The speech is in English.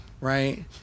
right